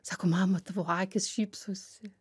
sako mama tavo akys šypsosi